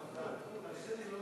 חברת הכנסת מיכל